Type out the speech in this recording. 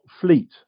fleet